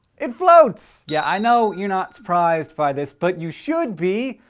it floats! yeah, i know you're not surprised by this, but you should be,